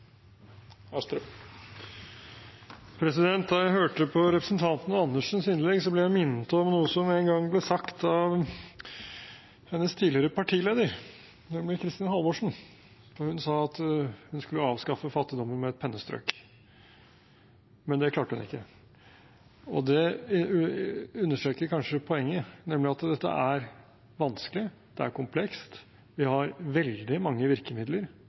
Da jeg hørte på representanten Andersens innlegg, ble jeg minnet om noe som en gang ble sagt av hennes tidligere partileder, nemlig Kristin Halvorsen. Hun sa at hun skulle avskaffe fattigdommen med et pennestrøk. Men det klarte hun ikke. Det understreker kanskje poenget, nemlig at dette er vanskelig, det er komplekst. Vi har veldig mange virkemidler